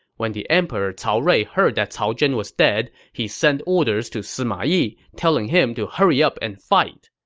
when the emperor cao rui heard that cao zhen was dead, he sent orders to sima yi, telling him to hurry up and fight.